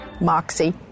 moxie